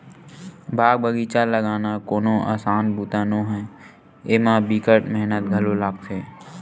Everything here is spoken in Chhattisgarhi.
बाग बगिचा लगाना कोनो असान बूता नो हय, एमा बिकट मेहनत घलो लागथे